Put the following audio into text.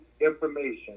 information